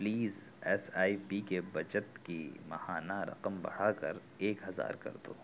please S I P کی بچت کی ماہانہ رقم بڑھا کر ایک ہزار کر دو